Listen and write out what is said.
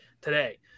today